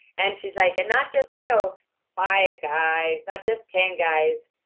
and she's like, and not just you know five guys, not just ten guys,